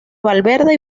valverde